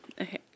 okay